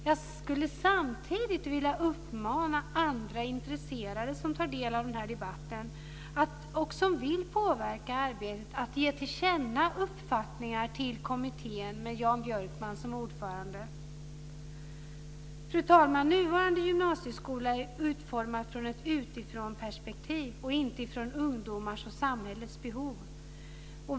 Jag skulle samtidigt vilja uppmana andra intresserade som tar del av den här debatten och som vill påverka arbetet att ge till känna uppfattningar till kommittén med Jan Björkman som ordförande. Fru talman! Nuvarande gymnasieskola är utformad från ett utifrånperspektiv och inte från ungdomars och samhällets behov.